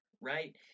right